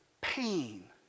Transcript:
pain